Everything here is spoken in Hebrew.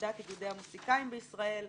עמדת איגודי המוסיקאים בישראל,